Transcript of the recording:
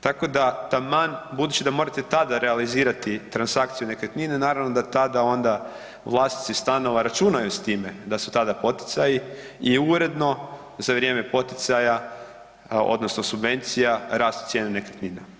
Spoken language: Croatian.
Tako da taman budući da morate tada realizirati transakciju nekretnine, naravno da tada onda vlasnici stanova računaju s time da su tada poticaji i uredno za vrijeme subvencija rastu cijena nekretnina.